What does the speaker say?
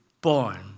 born